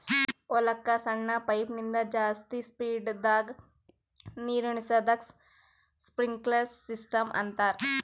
ಹೊಲಕ್ಕ್ ಸಣ್ಣ ಪೈಪಿನಿಂದ ಜಾಸ್ತಿ ಸ್ಪೀಡದಾಗ್ ನೀರುಣಿಸದಕ್ಕ್ ಸ್ಪ್ರಿನ್ಕ್ಲರ್ ಸಿಸ್ಟಮ್ ಅಂತಾರ್